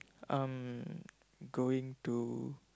um going to